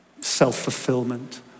self-fulfillment